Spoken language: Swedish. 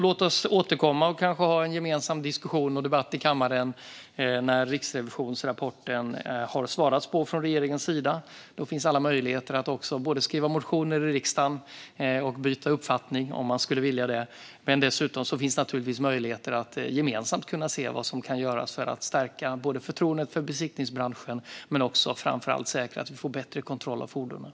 Låt oss återkomma och kanske ha en gemensam diskussion och debatt i kammaren när regeringen har svarat på Riksrevisionens rapport. Då finns alla möjligheter att skriva motioner i riksdagen eller byta uppfattning, om man skulle vilja det. Dessutom finns det naturligtvis möjligheter att gemensamt se vad som kan göras för att stärka förtroendet för besiktningsbranschen och, framför allt, säkra att vi får bättre kontroll av fordonen.